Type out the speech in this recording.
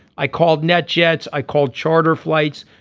i called net jets. i called charter flights.